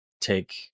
take